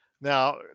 Now